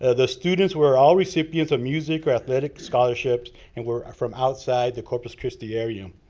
ah the students were all recipients of music or athletic scholarships and were from outside the corpus christi area.